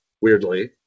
weirdly